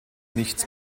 nichts